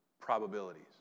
probabilities